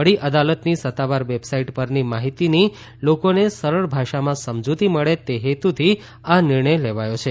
વડી અદાલતની સત્તાવાર વેબસાઈડ પરની માહિતીની લોકોને સરળ ભાષામાં સમજૂતી મળે તે હેતુથી આ નિર્ણય લેવાથો છે